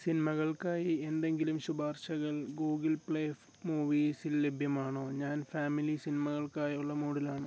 സിനിമകൾക്കായി എന്തെങ്കിലും ശുപാർശകൾ Google Play മൂവീസിൽ ലഭ്യമാണോ ഞാൻ ഫാമിലി സിനിമകൾക്കായുള്ള മൂഡിലാണ്